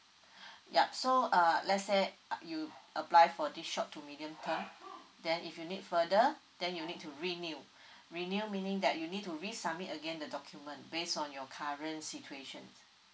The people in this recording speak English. yup so ah let's say a~ you apply for this short to medium term then if you need further then you need to renew renew meaning that you need to resubmit again the document based on your current situation